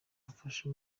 bafashe